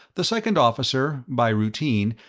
the second officer, by routine,